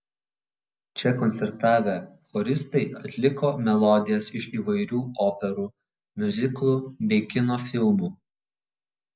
čia koncertavę choristai atliko melodijas iš įvairių operų miuziklų bei kino filmų